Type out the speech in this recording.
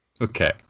Okay